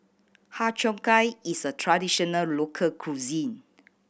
Har Cheong Gai is a traditional local cuisine